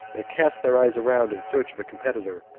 they cast their eyes around in search of a competitor,